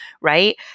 right